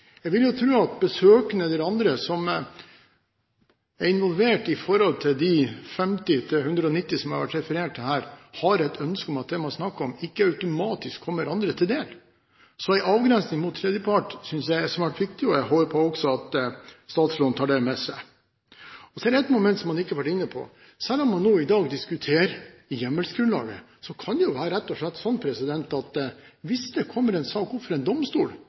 Jeg vil jo tro at besøkende eller andre som er involvert i de 50–190 personene som det har vært referert til her, har et ønske om at det man snakker om, ikke automatisk kommer andre til del. Så en avgrensning mot tredjepart synes jeg er svært viktig, og jeg håper også at statsråden tar det med seg. Så er det ett moment som man ikke har vært inne på. Selv om man nå i dag diskuterer hjemmelsgrunnlaget, kan det rett og slett være sånn at hvis det kommer en sak opp for en domstol,